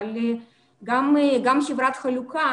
אבל גם חברת חלוקה,